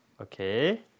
Okay